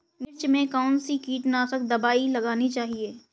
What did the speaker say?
मिर्च में कौन सी कीटनाशक दबाई लगानी चाहिए?